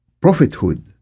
prophethood